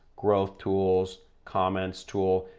growth tools comments tool,